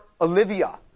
Olivia